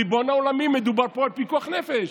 ריבון העולמים, מדובר פה על פיקוח נפש.